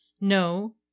no